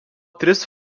tris